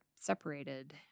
separated